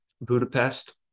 budapest